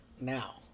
now